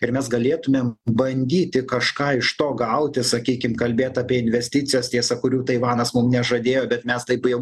ir mes galėtumėm bandyti kažką iš to gauti sakykim kalbėt apie investicijas tiesa kurių taivanas mum nežadėjo bet mes taip jau